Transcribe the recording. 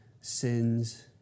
sins